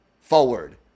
forward